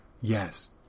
Yes